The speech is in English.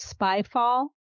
Spyfall